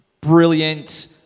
brilliant